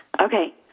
Okay